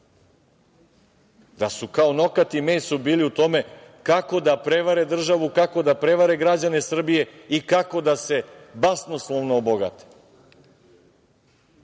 da su kao nokat i meso bili u tome kako da prevare državu, kako da prevare građane Srbije i kako da se basnoslovno obogate? Ja